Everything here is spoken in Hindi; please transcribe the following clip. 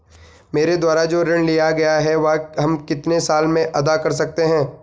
मेरे द्वारा जो ऋण लिया गया है वह हम कितने साल में अदा कर सकते हैं?